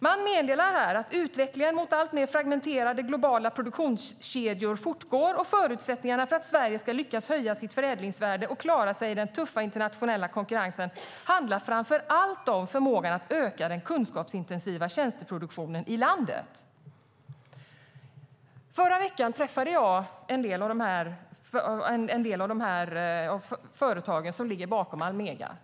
Man meddelar att utvecklingen mot alltmer fragmenterade globala produktionskedjor fortgår. Förutsättningarna för att Sverige ska lyckas höja sitt förädlingsvärde och klara sig i den tuffa internationella konkurrensen beror framför allt på förmågan att öka den kunskapsintensiva tjänsteproduktionen i landet. Förra veckan träffade jag en del av de företag som ligger bakom Almega.